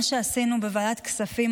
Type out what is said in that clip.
בוועדת הכספים,